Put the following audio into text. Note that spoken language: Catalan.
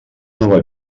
nova